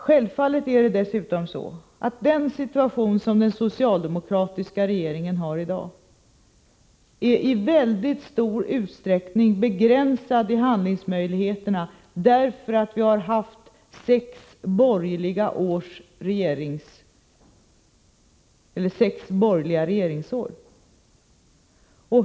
Självfallet är dessutom handlingsmöjligheterna för den socialdemokratiska regeringen i dag i väldigt stor utsträckning begränsade av att vi har haft sex borgerliga regeringsår.